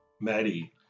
Maddie